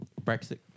Brexit